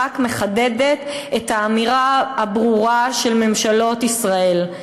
רק מחדדת את האמירה הברורה של ממשלות ישראל: